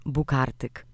Bukartyk